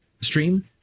stream